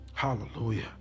Hallelujah